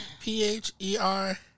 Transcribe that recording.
P-H-E-R